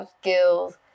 skills